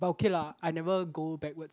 but okay lah I never go backwards